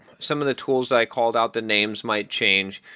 some of the tools that i called out the names might change.